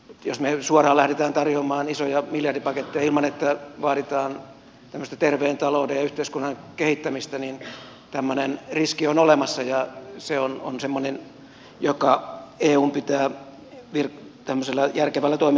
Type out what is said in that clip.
jos me suoraan lähdemme tarjoamaan isoja miljardipaketteja ilman että vaaditaan terveen talouden ja yhteiskunnan kehittämistä niin tämmöinen riski on olemassa ja se on semmoinen joka eun pitää tämmöisellä järkevällä toiminnalla pystyä välttämään